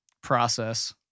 process